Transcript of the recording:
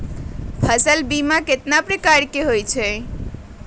फसल बीमा कतना प्रकार के हई?